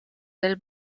del